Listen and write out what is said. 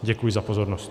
Děkuji za pozornost.